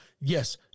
Yes